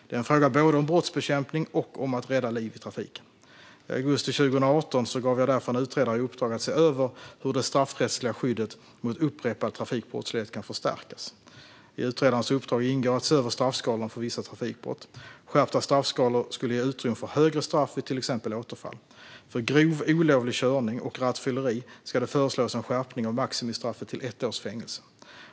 Det är en fråga både om brottsbekämpning och om att rädda liv i trafiken. I augusti 2018 gav jag därför en utredare i uppdrag att se över hur det straffrättsliga skyddet mot upprepad trafikbrottslighet kan förstärkas. I utredarens uppdrag ingår att se över straffskalorna för vissa trafikbrott. Skärpta straffskalor skulle ge utrymme för högre straff vid till exempel återfall. För grov olovlig körning och rattfylleri ska det föreslås en skärpning av maximistraffet till ett års fängelse.